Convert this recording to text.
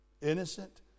Innocent